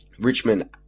Richmond